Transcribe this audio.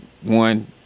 one